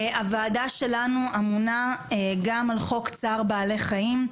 הוועדה שלנו אמונה גם על חוק צער בעלי חיים,